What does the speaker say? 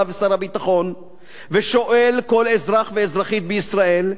ושר הביטחון ושואל כל אזרח ואזרחית בישראל,